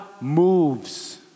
moves